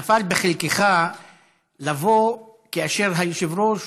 נפל בחלקך לבוא כאשר היושב-ראש